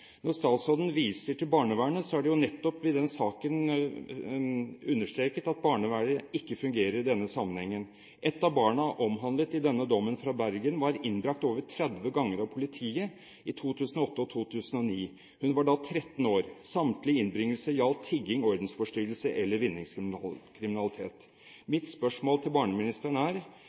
Når statsråden viser til barnevernet, er det nettopp i den saken understreket at barnevernet ikke fungerer i denne sammenhengen. Et av barna som var omhandlet i denne dommen fra Bergen, var innbrakt over 30 ganger av politiet i 2008 og 2009. Hun var da 13 år. Samtlige innbringelser gjaldt tigging, ordensforstyrrelse eller vinningskriminalitet. Mitt spørsmål til barneministeren er: